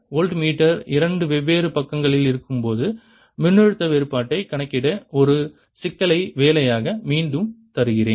voltmeter இரண்டு வெவ்வேறு பக்கங்களில் இருக்கும்போது மின்னழுத்த வேறுபாட்டைக் கணக்கிட ஒரு சிக்கலை வேலையாக மீண்டும் தருகிறேன்